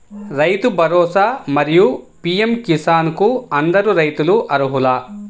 రైతు భరోసా, మరియు పీ.ఎం కిసాన్ కు అందరు రైతులు అర్హులా?